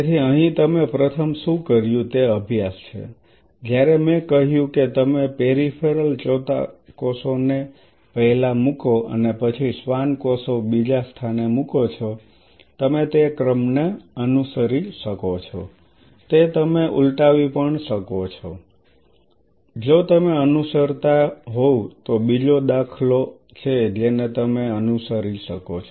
તેથી અહીં તમે પ્રથમ શું કર્યું તે અભ્યાસ છે જ્યારે મેં કહ્યું કે તમે પેરિફેરલ ચેતાકોષો ને પેહલા મુકો અને પછી શ્વાન કોષો બીજા સ્થાને મુકો છો તમે તે ક્રમને અનુસરી શકો છો તે તમે ઉલટાવી પણ શકો છો જો તમે અનુસરતા હોવ તો બીજો દાખલો છે જેને તમે અનુસરી શકો છો